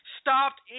stopped